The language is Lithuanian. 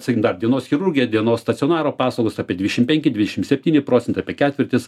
sakykim dar dienos chirurgija dienos stacionaro paslaugos apie dvidešim penki dvidešim septyni procentai apie ketvirtis